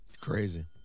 Crazy